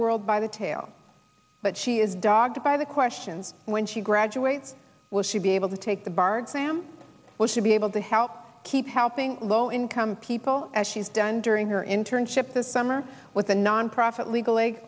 world by the tail but she is dogged by the questions when she graduates will she be able to take the bard sam will should be able to help keep helping low income people as she's done during her internship this summer with the nonprofit legal